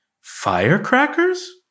firecrackers